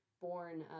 born